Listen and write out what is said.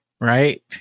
right